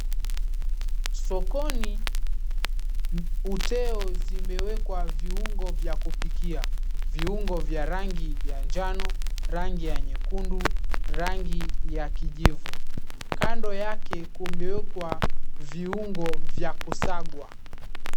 Sokoni uteo zimewekwa viungo vya kupikia vya rangi ya njano, rangi ya nyekundu, rangi ya kijivu. Kando yange kumewekwa viungo vya kusagwa.